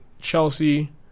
Chelsea